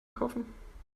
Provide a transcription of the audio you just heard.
kaufen